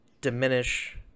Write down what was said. diminish